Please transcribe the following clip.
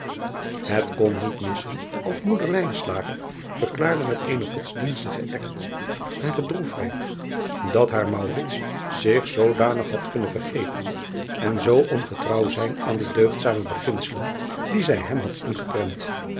et kon niet missen of moeder verklaarde met eenen odsdienstigen ernst hare droefheid dat haar zich zoodanig had kunnen vergeten en zoo ongetrouw zijn aan de deugdzame beginselen die zij hem had ingeprent